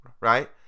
Right